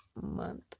month